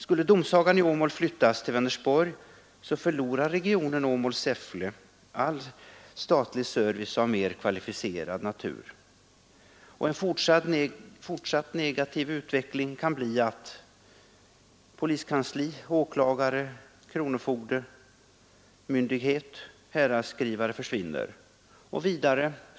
Skulle domsagan i Åmål flyttas till Vänersborg, förlorar regionen AÅmål-Säffle all statlig service av mer kvalificerad natur. En fortsatt negativ utveckling kan bli att poliskansli, åklagare, kronofogdemyndighet och häradsskrivare försvinner.